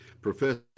professor